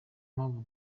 mpamvu